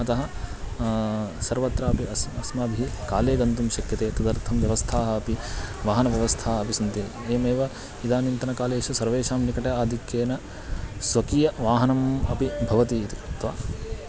अतः सर्वत्रापि अस् अस्माभिः काले गन्तुं शक्यते तदर्थं व्यवस्थाः अपि वाहनव्यवस्थाः अपि सन्ति एवमेव इदानीन्तनकालेषु सर्वेषां निकटे आधिक्येन स्वकीयं वाहनम् अपि भवति इति कृत्वा